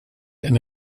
eine